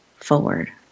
forward